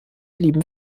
lieben